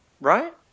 Right